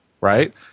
right